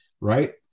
right